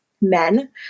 men